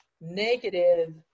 negative